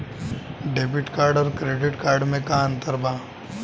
Debit card आउर credit card मे का अंतर बा?